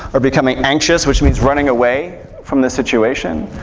or becoming anxious which means running away from the situation.